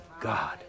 God